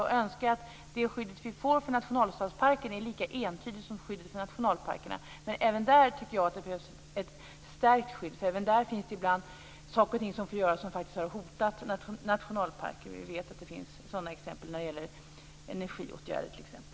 Jag önskar att det skydd vi får för nationalstadsparken är lika entydigt som skyddet för nationalparkerna. Även där tycker jag att det behövs ett stärkt skydd, för även där får man göra saker och ting som faktiskt hotar nationalparker. Vi vet att det finns sådana exempel när det gäller energiåtgärder, t.ex.